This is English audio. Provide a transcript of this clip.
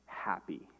happy